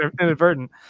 inadvertent